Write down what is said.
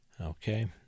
Okay